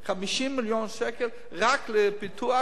50 מיליון שקל רק לפיתוח,